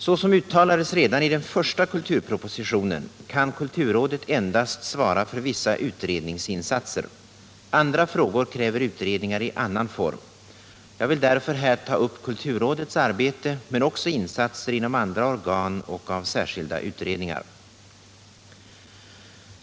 Såsom uttalades redan i den första kulturpropositionen kan kulturrådet endast svara för vissa utredningsinsatser. Andra frågor kräver utredningar i annan form. Jag vill därför här ta upp kulturrådets arbete men också insatser inom andra organ och av särskilda utredningar.